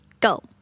go